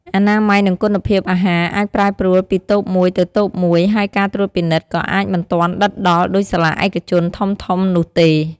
អនាម័យនិងគុណភាពអាហារអាចប្រែប្រួលពីតូបមួយទៅតូបមួយហើយការត្រួតពិនិត្យក៏អាចមិនទាន់ដិតដល់ដូចសាលាឯកជនធំៗនោះទេ។